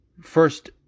first